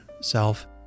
self